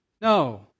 No